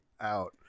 out